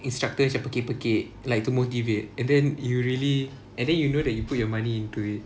instructor macam pekik pekik to motivate and then you really and then you know you put your money into it